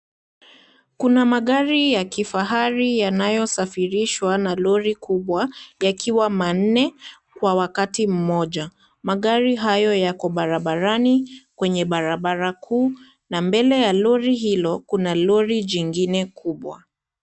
Kuna magari ya kifahari yanayo safirishwa na lori kubwa yakiwa manne, kwa wakati mmoja. Magari hayo yako barabarani, kwenye barabara kuu, na mbele ya lori hilo, kuna lori jingine kubwa.